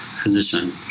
position